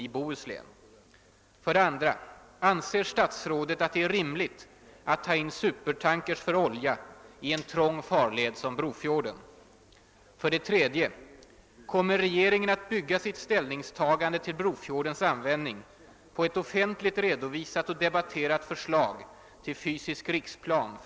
Lika klart borde vara att hänsynen till miljö och naturvärden måste spela en växande roll och att bl.a. oljeskyddet vid våra kuster inte får nonchaleras. Därför anhåller jag om kammarens tillstånd att till statsrådet och chefen för civildepartementet få ställa följande frågor: 1. När kommer regeringen att besluta om förslaget att lokalisera ett raffinaderi vid Brofjorden i Bohuslän? 2. Anser statsrådet att det är rimligt att ta in supertankers för olja i en trång farled som Brofjorden? 3.